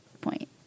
point